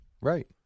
Right